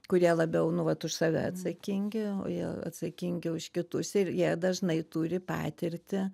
kurie labiau nu vat už save atsakingi o jie atsakingi už kitus ir jie dažnai turi patirtį